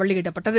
வெளியிடப்பட்டது